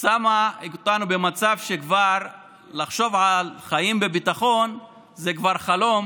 שמה אותנו במצב שלחשוב על חיים בביטחון זה כבר חלום